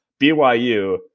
BYU